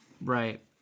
Right